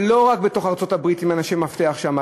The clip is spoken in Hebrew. ולא רק בתוך ארצות-הברית עם אנשי מפתח שם,